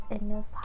enough